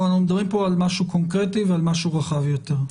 אנחנו מדברים פה על משהו קונקרטי ועל משהו רחב יותר.